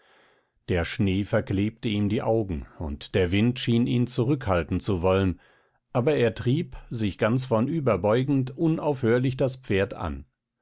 der schnee verklebte ihm die augen und der wind schien ihn zurückhalten zu wollen aber er trieb sich ganz vornüber beugend unaufhörlich das pferd an